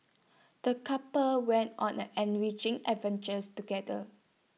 the couple went on an enriching adventures together